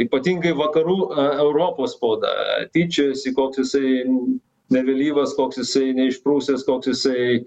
ypatingai vakarų europos spauda tyčiojosi koks jisai nevėlyvas koks jisai neišprusęs koks jisai